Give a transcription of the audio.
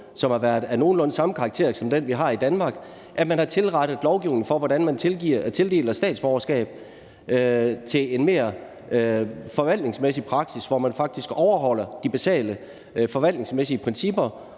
som har været af nogenlunde samme karakter som den, vi har i Danmark, at tilrette lovgivningen for, hvordan man tildeler statsborgerskab, til en mere forvaltningsmæssig praksis, hvor man faktisk overholder de basale forvaltningsmæssige principper